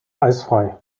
eisfrei